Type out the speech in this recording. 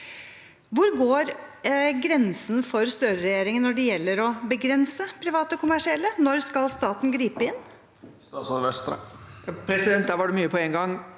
Hvor går grensen for Støre-regjeringen når det gjelder å begrense private kommersielle? Når skal staten gripe inn?